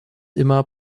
immer